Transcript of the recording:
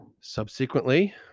Subsequently